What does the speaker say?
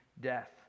death